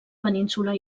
península